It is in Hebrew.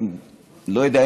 לא יודע,